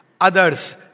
Others